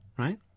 right